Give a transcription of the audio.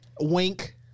Wink